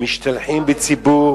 משתלחים בציבור